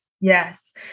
Yes